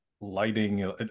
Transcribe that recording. lighting